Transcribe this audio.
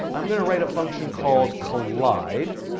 i'm going to write a function called collide,